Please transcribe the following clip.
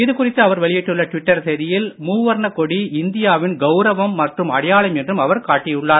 இதுகுறித்து அவர் வெளியிட்டுள்ள டுவிட்டர் செய்தியில் மூவர்ண கொடி இந்தியாவின் கவுரவம் மற்றும் அடையாளம் என்றும் அவர் சுட்டிக்காட்டியுள்ளார்